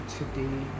today